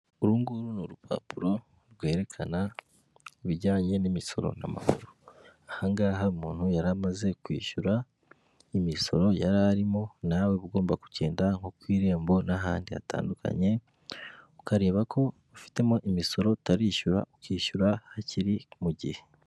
Uru nguru ni urupapuro rwerekana ibijyanye n'imisoro n'amahoro, aha ngaha umuntu yari amaze kwishyura imisoro yari arimo, nawe uba ugomba kugenda nko ku Irembo n'ahandi hatandukanye, ukarebako ufitemo imisoro utarishyura, ukishyura hakiri mu gihe.